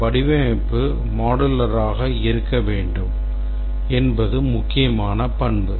வடிவமைப்பு modular ஆக இருக்க வேண்டும் என்பது முக்கியமான பண்பு